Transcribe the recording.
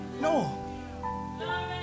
No